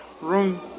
room